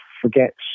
forgets